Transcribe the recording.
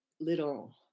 little